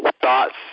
thoughts